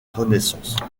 renaissance